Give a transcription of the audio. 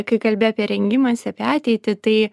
kai kalbi apie rengimąsi apie ateitį tai